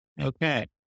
Okay